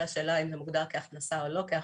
לשאלה אם זה מוגדר כהכנסה או לא כהכנסה.